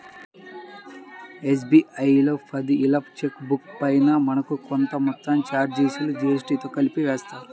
SBI లో పది లీఫ్ల చెక్ బుక్ పైన మనకు కొంత మొత్తాన్ని చార్జీలుగా జీఎస్టీతో కలిపి వేస్తారు